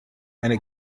eine